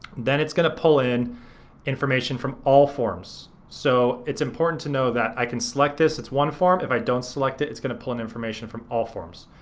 then it's gonna pull in information from all forms. so it's important to know that i can select this, it's one form if i don't select it it's gonna pull in information from all forms.